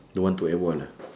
don't want to at war lah